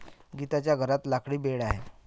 गीताच्या घरात लाकडी बेड आहे